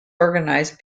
organised